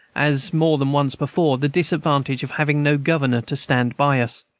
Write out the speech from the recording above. as more than once before, the disadvantage of having no governor to stand by us.